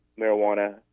marijuana